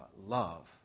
love